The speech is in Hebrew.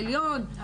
המשפט